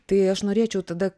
tai aš norėčiau tada